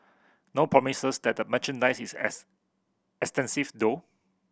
no promises that the merchandise is as extensive though